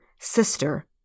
sister